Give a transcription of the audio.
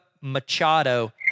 Machado